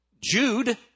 Jude